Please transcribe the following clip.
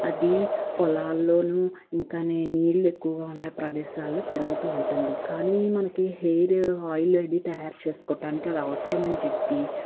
అది పొలాల్లోనూ ఇంక నేను నీళ్ళళ్ళు ఎక్కువగా ఉన్న ప్రదేశాలు పెరుగుతూ ఉంటుంది కానీ మనకి హెయిర్ ఆయిల్ అనేది తయారు చేసుకోవటానికి అది అవసరమని చెప్పి